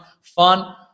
Fun